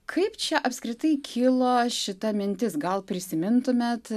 kaip čia apskritai kilo šita mintis gal prisimintumėt